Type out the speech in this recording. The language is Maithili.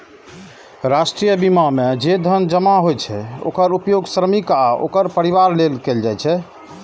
राष्ट्रीय बीमा मे जे धन जमा होइ छै, ओकर उपयोग श्रमिक आ ओकर परिवार लेल कैल जाइ छै